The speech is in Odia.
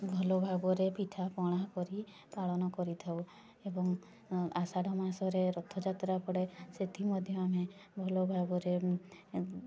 ଭଲ ଭାବରେ ପିଠାପଣା କରି ପାଳନ କରିଥାଉ ଏବଂ ଆଷାଢ଼ ମାସରେ ରଥଯାତ୍ରା ପଡ଼େ ସେଥି ମଧ୍ୟ ଆମେ ଭଲ ଭାବରେ